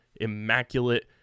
immaculate